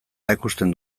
erakusten